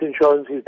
insurance